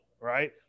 Right